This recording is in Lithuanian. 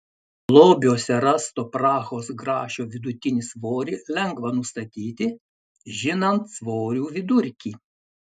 lobiuose rasto prahos grašio vidutinį svorį lengva nustatyti žinant svorių vidurkį